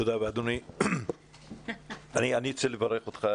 אדוני השר, אני רוצה לברך אותך.